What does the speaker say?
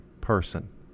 person